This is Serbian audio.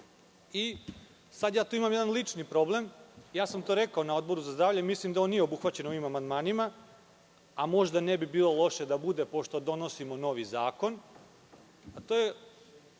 tu imam jedan lični problem i to sam rekao na Odboru za zdravlje. Mislim da on nije obuhvaćen ovim amandmanima, a možda ne bi bilo loše da bude, pošto donosimo novi zakon.